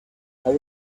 how